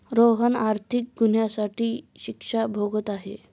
रोहन आर्थिक गुन्ह्यासाठी शिक्षा भोगत आहे